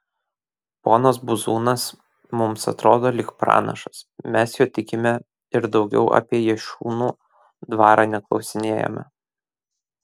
ponas buzūnas mums atrodo lyg pranašas mes juo tikime ir daugiau apie jašiūnų dvarą neklausinėjame